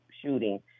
shooting